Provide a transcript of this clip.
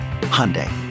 Hyundai